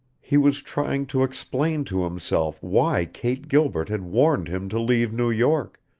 he was trying to explain to himself why kate gilbert had warned him to leave new york,